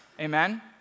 Amen